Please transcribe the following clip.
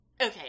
Okay